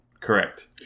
Correct